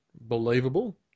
believable